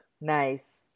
Nice